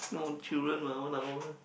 no children mah one hour